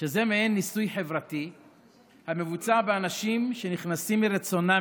שזה מעין ניסוי חברתי המבוצע באנשים שנכנסים מרצונם